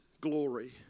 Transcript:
glory